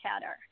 chatter